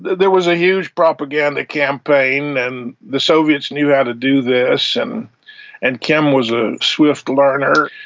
there was a huge propaganda campaign and the soviets knew how to do this, and and kim was a swift learner.